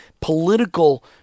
political